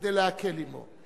כדי להקל עמו.